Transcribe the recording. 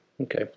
Okay